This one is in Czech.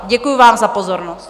Děkuju vám za pozornost.